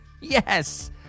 Yes